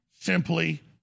Simply